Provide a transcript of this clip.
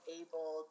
able